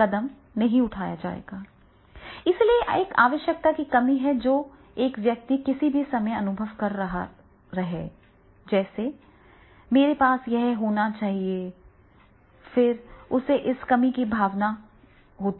कदम नहीं उठाया जाएगा इसलिए एक आवश्यकता की कमी है जो एक व्यक्ति किसी भी समय अनुभव कर रहा है जैसे मेरे पास यह होना चाहिए फिर उसे इस कमी की भावना है